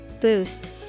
Boost